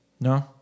No